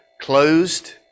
closed